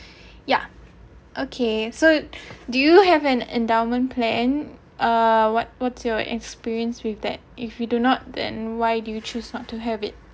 ya okay so do you have an endowment plan uh what what's your experience with that if we do not then why do you choose not to have it